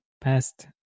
past